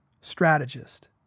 strategist